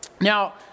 Now